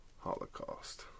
holocaust